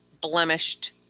blemished